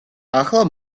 ახლა